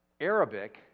Arabic